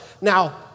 Now